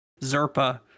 Zerpa